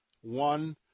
one